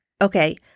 Okay